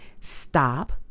stop